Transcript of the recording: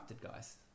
guys